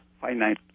finite